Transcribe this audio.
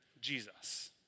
Jesus